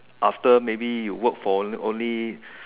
after maybe you work for only